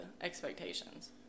expectations